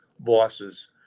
bosses